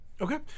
okay